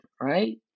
right